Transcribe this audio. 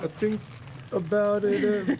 ah think about it